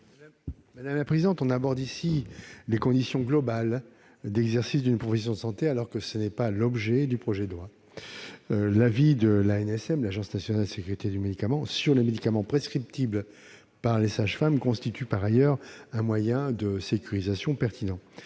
de la commission ? On aborde ici les conditions globales d'exercice d'une profession de santé, alors que ce n'est pas l'objet du projet de loi. L'avis de l'Agence nationale de sécurité du médicament et des produits de santé, l'ANSM, sur les médicaments prescriptibles par les sages-femmes constitue par ailleurs un moyen de sécurisation pertinent.